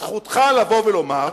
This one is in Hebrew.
זכותך לבוא ולומר שבמחיר,